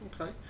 Okay